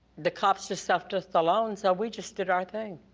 the cops just left us alone, so we just did our thing.